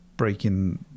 breaking